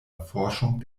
erforschung